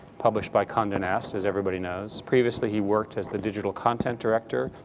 published by conde nast, as everybody knows. previously, he worked as the digital content director,